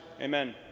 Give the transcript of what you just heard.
Amen